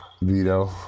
Vito